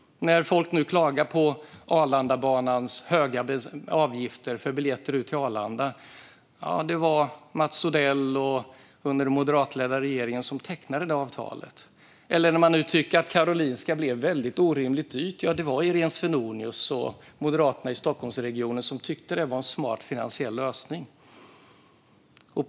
Folk klagar nu på Arlandabanans höga avgifter för biljetter ut till Arlanda, och det var Mats Odell som under den moderatledda regeringen tecknade det avtalet. Man tycker nu att Karolinska blev orimligt dyrt, och det var Irene Svenonius och Moderaterna i Stockholmsregionen som tyckte att man hade en smart finansiell lösning där.